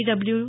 W